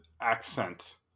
accent